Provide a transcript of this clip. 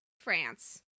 France